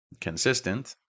Consistent